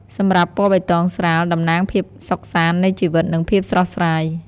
សម្រាប់ពណ៌បៃតងស្រាល តំណាងភាពសុខសាន្តនៃជីវិត និងភាពស្រស់ស្រាយ។